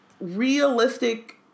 realistic